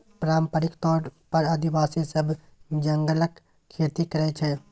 पारंपरिक तौर पर आदिवासी सब जंगलक खेती करय छै